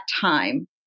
time